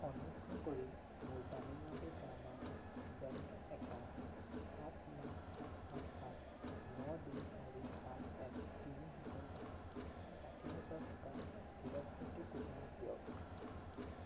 অনুগ্ৰহ কৰি মোৰ তামিলনাডু গ্ৰামীণ বেংক একাউণ্ট সাত ন সাত সাত সাত ন দুই চাৰি আঠ এক তিনি সাতৰপৰা ষাঠি হাজাৰ টকা হীৰকজ্যোতি কুতুমক দিয়ক